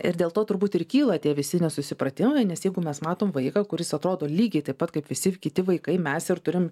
ir dėl to turbūt ir kyla tie visi nesusipratimai nes jeigu mes matom vaiką kuris atrodo lygiai taip pat kaip visi kiti vaikai mes ir turim